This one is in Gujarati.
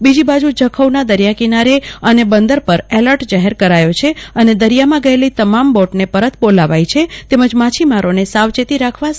બીજી બાજુ જખોના દરિયા કિનારે અને બંદર પર એલર્ટ જાહેર કરાયો છે અને દરિયામાં ગયેલી તમામ બોટને પરત બોલાવાઈ છે તેમજ માછીમારોને સાવચેતી રાખવા સૂચના અપાઈ છે